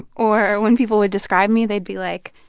or when people would describe me, they'd be like,